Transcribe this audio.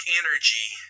energy